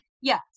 yes